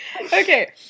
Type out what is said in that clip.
okay